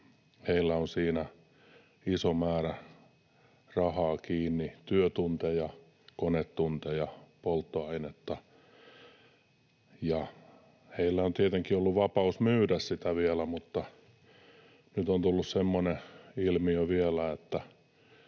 heillä on siinä iso määrä rahaa kiinni; työtunteja, konetunteja, polttoainetta. Heillä on tietenkin ollut vapaus myydä sitä vielä, mutta nyt on tullut semmoinen ilmiö vielä, että